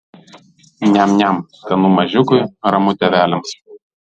niam niam skanu mažiukui ramu tėveliams